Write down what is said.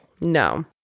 No